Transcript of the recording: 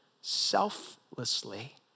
selflessly